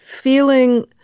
feeling